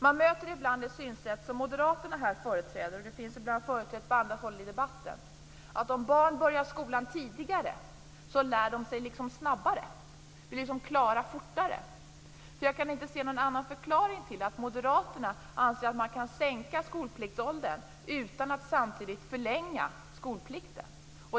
Man möter ibland ett synsätt som Moderaterna här företräder, men som också ibland finns företrätt på andra håll i debatten. Det är att om barn börjar skolan tidigare, så lär de sig liksom snabbare. De blir liksom klara fortare. Jag kan inte se någon annan förklaring till att Moderaterna anser att man kan sänka skolpliktsåldern utan att samtidigt förlänga skolplikten.